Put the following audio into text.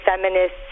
feminists